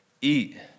eat